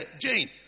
Jane